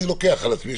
אני לוקח על עצמי,